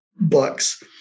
books